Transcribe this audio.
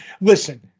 listen